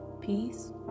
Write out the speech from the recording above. peace